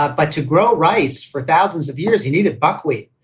ah but to grow rice for thousands of years, you need a buckwheat.